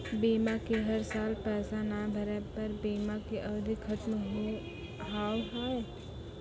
बीमा के हर साल पैसा ना भरे पर बीमा के अवधि खत्म हो हाव हाय?